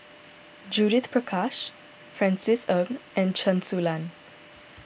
Judith Prakash Francis Ng and Chen Su Lan